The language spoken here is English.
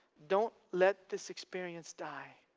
don't let this experience die,